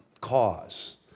cause